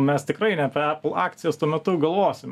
mes tikrai ne apie epl akcijas tuo metu galvosime